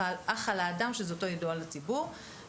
אך על האדם שזהותו ידועה לציבור,